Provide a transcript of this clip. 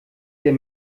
der